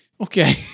Okay